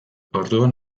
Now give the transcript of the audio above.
orduan